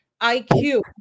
IQ